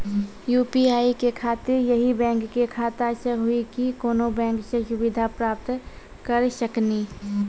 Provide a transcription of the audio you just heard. UPI के खातिर यही बैंक के खाता से हुई की कोनो बैंक से सुविधा प्राप्त करऽ सकनी?